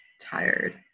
tired